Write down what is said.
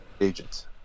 Agents